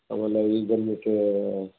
ಆಮೇಲೆ ಇದು ಬಂದುಬಿಟ್ಟು